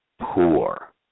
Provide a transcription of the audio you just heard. poor